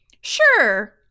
sure